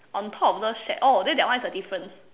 on top of love shack oh then that one is a difference